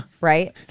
Right